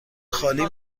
خالی